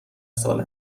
سال